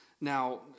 Now